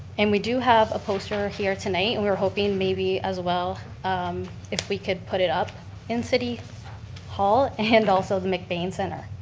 and we do have a poster here tonight and we're hoping maybe as well if we could put it up in city hall and also the mcbain center.